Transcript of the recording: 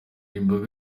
imbaga